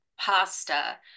pasta